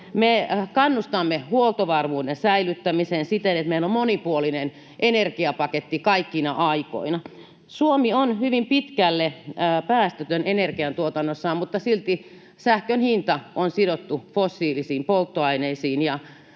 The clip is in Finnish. Me kannustamme huoltovarmuuden säilyttämiseen siten, että meillä on monipuolinen energiapaketti kaikkina aikoina. Suomi on hyvin pitkälle päästötön energiantuotannossaan, mutta silti sähkön hinta on sidottu fossiilisiin polttoaineisiin,